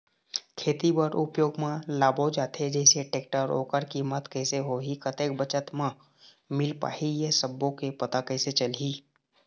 खेती बर उपयोग मा लाबो जाथे जैसे टेक्टर ओकर कीमत कैसे होही कतेक बचत मा मिल पाही ये सब्बो के पता कैसे चलही?